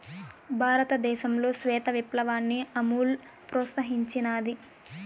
భారతదేశంలో శ్వేత విప్లవాన్ని అమూల్ ప్రోత్సహించినాది